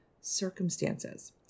circumstances